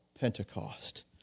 Pentecost